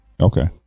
Okay